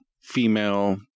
female